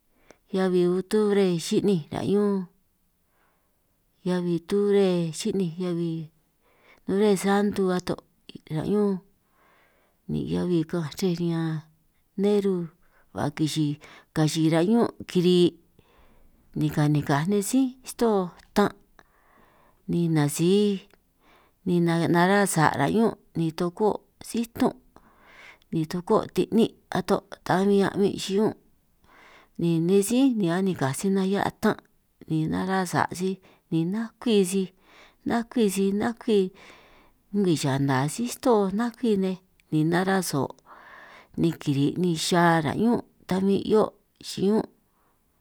Heabi octubre xi'ninj ra' ñún, heabi tubre xi'ninj, heabi nobresanto ato' ra' ñún, ni heabi ka'anj chre riñan neru ba kichiij kachiij ran' ñún' kiri' ni kanikaj nej sí sto'oo ttan', ni nasi ni nara' sa' ra' ñún' ni tokó situn' ni toko' tinín' ato' taj bin a'min xiñún', ni nej sí ni anikaj sij nnanj hia' ttan' ni nara' sa' sij ni nakwi sij nakwi sij nakwi ngwii xana sí sto'oo nakwi nej, ni nara' so' ni kiri' ni xa ra' ñún' ta bin 'hio' xiñún'.